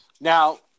Now